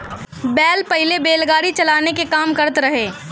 बैल पहिले बैलगाड़ी चलावे के काम करत रहे